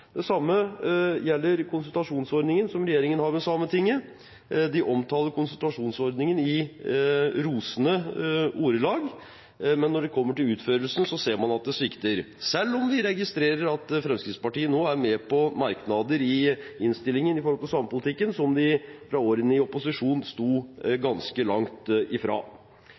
Det samme gjelder konsultasjonsordningen som regjeringen har med Sametinget. De omtaler konsultasjonsordningen i rosende ordelag, men når det kommer til utførelsen, ser man at det svikter, selv om vi registrerer at Fremskrittspartiet nå er med på merknader i innstillingen når det gjelder samepolitikken, som de fra årene i opposisjon sto ganske langt